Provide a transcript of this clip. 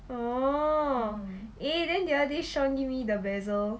oh eh then the other day shawn gave me the basil